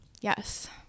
Yes